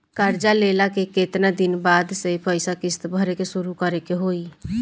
कर्जा लेला के केतना दिन बाद से पैसा किश्त भरे के शुरू करे के होई?